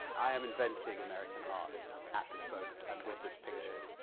i am inventing american art at this moment and with this picture.